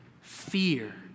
fear